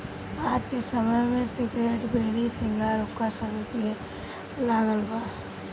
आज के समय में सिगरेट, बीड़ी, सिगार, हुक्का सभे पिए लागल बा